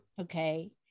okay